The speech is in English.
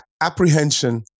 apprehension